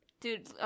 dude